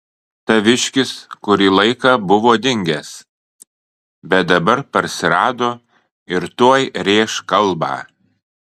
taviškis kurį laiką buvo dingęs bet dabar parsirado ir tuoj rėš kalbą